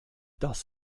das